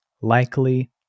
likely